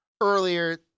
earlier